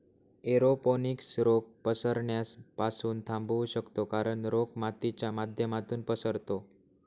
aeroponics रोग पसरण्यास पासून थांबवू शकतो कारण, रोग मातीच्या माध्यमातून पसरतो